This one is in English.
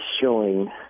showing